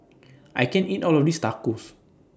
I can't eat All of This Tacos